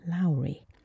Lowry